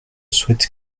souhaite